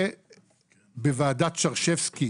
ובוועדת שרשבסקי,